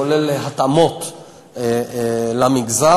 כולל התאמות למגזר,